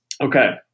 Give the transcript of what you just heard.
Okay